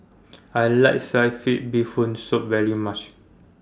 I like Sliced Fish Bee Hoon Soup very much